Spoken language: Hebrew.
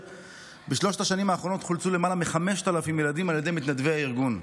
ובשלוש השנים האחרונות חולצו למעלה מ-5,000 ילדים על ידי מתנדבי הארגון.